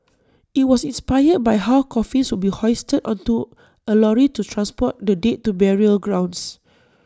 IT was inspired by how coffins would be hoisted onto A lorry to transport the dead to burial grounds